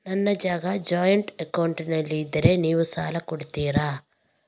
ನನ್ನ ಜಾಗ ಜಾಯಿಂಟ್ ಅಕೌಂಟ್ನಲ್ಲಿದ್ದರೆ ನೀವು ಸಾಲ ಕೊಡ್ತೀರಾ?